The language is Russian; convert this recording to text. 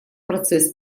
процесс